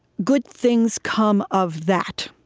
good things come of that.